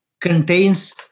contains